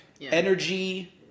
Energy